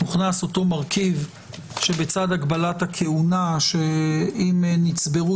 הוכנס אותו מרכיב שבצד הגבלת הכהונה שאם נצברו